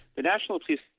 the national police